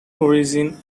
origin